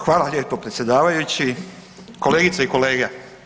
Hvala lijepo predsjedavajući, kolegice i kolege.